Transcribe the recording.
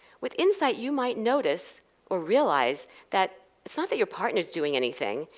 with insight, you might notice or realize that it's not that your partner is doing anything,